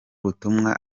butumwa